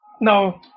No